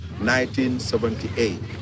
1978